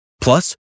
Plus